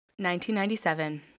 1997